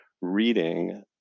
reading